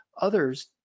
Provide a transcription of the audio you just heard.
others